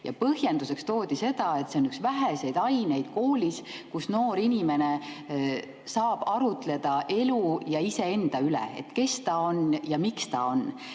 Ja põhjenduseks toodi seda, et see on üks väheseid aineid koolis, kus noor inimene saab arutleda elu ja iseenda üle, et kes ta on ja miks ta on.